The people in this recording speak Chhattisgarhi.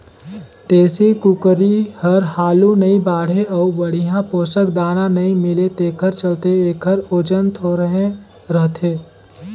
देसी कुकरी हर हालु नइ बाढ़े अउ बड़िहा पोसक दाना नइ मिले तेखर चलते एखर ओजन थोरहें रहथे